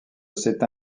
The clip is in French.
cette